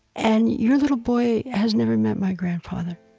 and your little boy has never met my grandfather,